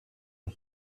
eau